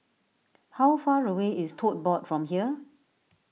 how far away is Tote Board from here